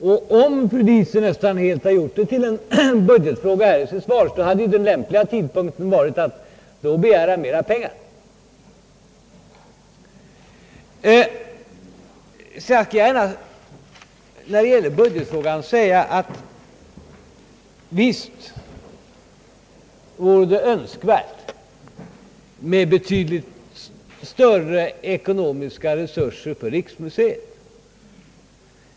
Eftersom fru Diesen nästan helt har gjort det till en budgetfråga här så hade väl den lämpliga synpunkten varit att då begära mera pengar. Vad gäller budgetfrågan vill jag gärna säga att det helt visst vore önskvärt med betydligt större ekonomiska resurser för riksmuseet.